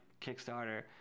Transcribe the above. Kickstarter